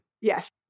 Yes